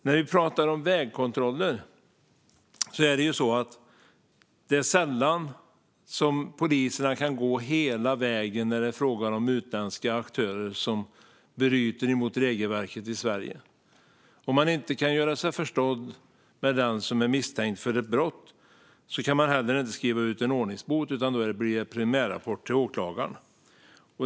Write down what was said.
När det gäller vägkontroller är det sällan poliserna kan gå hela vägen när det är frågan om utländska aktörer som bryter mot regelverket i Sverige. Om man inte kan göra sig förstådd med den som är misstänkt för ett brott kan man heller inte skriva ut en ordningsbot, utan då blir det en primärrapport till åklagaren.